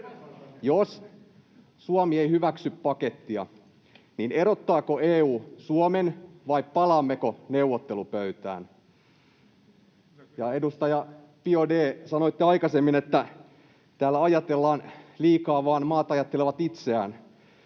jos Suomi ei hyväksy pakettia, niin erottaako EU Suomen vai palaammeko neuvottelupöytään? Ja edustaja Biaudet, sanoitte aikaisemmin, että täällä liikaa vain maat ajattelevat itseään.